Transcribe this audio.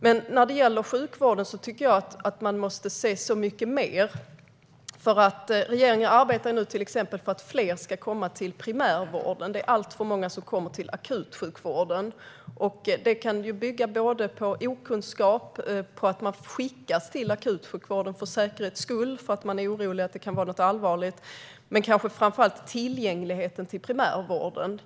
Man måste se på så mycket mer när det gäller sjukvården. Regeringen arbetar nu till exempel för att fler ska komma till primärvården eftersom det är alltför många som kommer till akutsjukvården. Det kan bygga på okunskap eller på att man för säkerhets skull skickas till akutsjukvården därför att det finns en oro för att det kan vara något allvarligt. Men det gäller framför allt tillgängligheten till primärvården.